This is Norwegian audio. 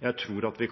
Jeg tror at vi,